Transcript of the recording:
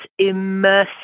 immersive